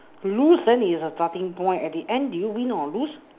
lose then is the starting point at the end did you win or lose